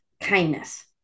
kindness